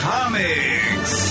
Comics